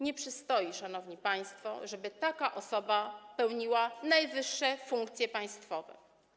Nie przystoi, szanowni państwo, żeby taka osoba pełniła najwyższe funkcje państwowe.